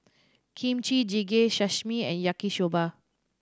Kimchi Jjigae Sashimi and Yaki Soba